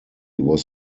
was